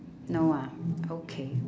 no ah okay